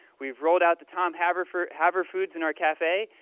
we've rolled out the tom haverfoods haverfoods in our cafe,